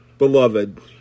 Beloved